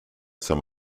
some